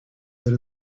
that